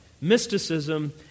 mysticism